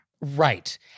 Right